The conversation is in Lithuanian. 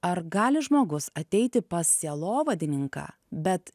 ar gali žmogus ateiti pas sielovadininką bet